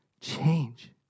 change